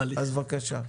בבקשה.